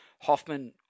Hoffman